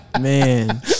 man